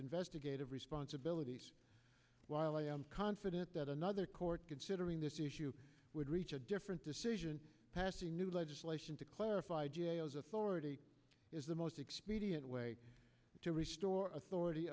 investigative responsibilities while i am confident that another court considering this issue would reach a different decision passing new legislation to clarify details authority is the most expedient way to restore authority